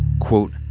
quote,